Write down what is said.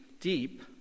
deep